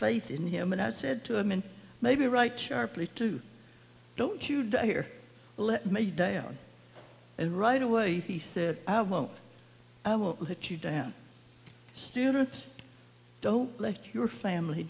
faith in him and i said to him and maybe right sharply too don't you die here let me die on and right away he said i won't i won't let you down students don't let your family